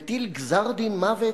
מטיל גזר-דין מוות,